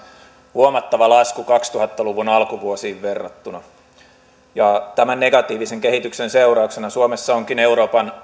huomattava lasku kaksituhatta luvun alkuvuosiin verrattuna tämän negatiivisen kehityksen seurauksena suomessa onkin euroopan